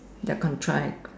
they're come try